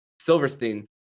Silverstein